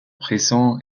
prison